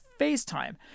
FaceTime